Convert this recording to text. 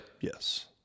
Yes